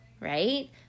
right